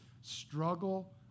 struggle